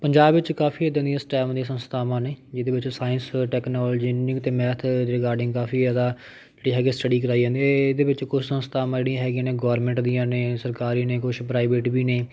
ਪੰਜਾਬ ਵਿੱਚ ਕਾਫੀ ਇੱਦਾਂ ਦੀਆਂ ਸਟੈਮਨੀ ਸੰਸਥਾਵਾਂ ਨੇ ਜਿਹਦੇ ਵਿੱਚ ਸਾਇੰਸ ਟੈਕਨੋਲਜਿੰਗ ਅਤੇ ਮੈਥ ਰਿਗਾਰਡਿੰਗ ਕਾਫੀ ਜ਼ਿਆਦਾ ਜਿਹੜੀ ਹੈਗੀ ਸਟੱਡੀ ਕਰਾਈ ਜਾਂਦੀ ਆ ਇਹ ਇਹਦੇ ਵਿੱਚ ਕੁਛ ਸੰਸਥਾਵਾਂ ਜਿਹੜੀਆਂ ਹੈਗੀਆਂ ਨੇ ਗੌਰਮੈਂਟ ਦੀਆਂ ਨੇ ਸਰਕਾਰੀ ਨੇ ਕੁਛ ਪ੍ਰਾਈਵੇਟ ਵੀ ਨੇ